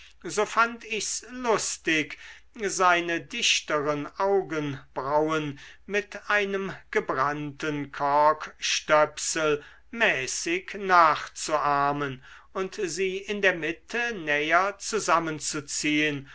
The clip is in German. so fand ich's lustig seine dichteren augenbrauen mit einem gebrannten korkstöpsel mäßig nachzuahmen und sie in der mitte näher zusammenzuziehen